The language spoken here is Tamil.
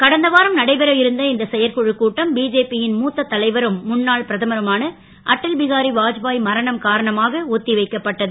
கடந்த வாரம் நடைபெற இருந்த இந்த செயற்குழுக் கூட்டம் பிஜேபி ன் மூத்த தலைவரும் முன்னாள் பிரதமருமான அடல்பிகாரி வாஜ்பா மரணம் காரணமாக ஒத் வைக்கப்பட்டது